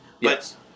Yes